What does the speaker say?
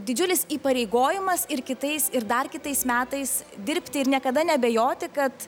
didžiulis įpareigojimas ir kitais ir dar kitais metais dirbti ir niekada neabejoti kad